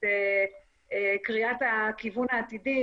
את קריאת הכיוון העתידית,